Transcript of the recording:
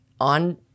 on